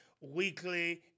weekly